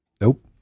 Nope